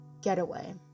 getaway